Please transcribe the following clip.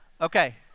Okay